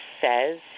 says